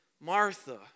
Martha